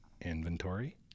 inventory